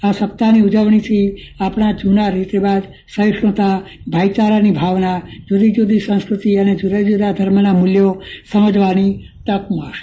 આ સપ્તાહની ઉજવણીથી આપણા જૂના રીત રીવાજા સહિષ્ણુતા ભાઈચારાની ભાવના જુદી જુદી સંસ્ક્રતિ અને જુદા જુદા ધર્મના મૂલ્યો સમજવાની તક મળશે